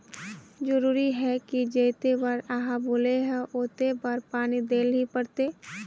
जरूरी है की जयते बार आहाँ बोले है होते बार पानी देल ही पड़ते?